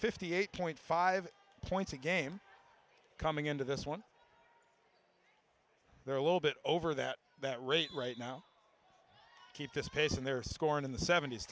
fifty eight point five points a game coming into this one they're a little bit over that that rate right now keep this pace and their score in the sevent